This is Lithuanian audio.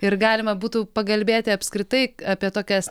ir galima būtų pagalbėti apskritai apie tokias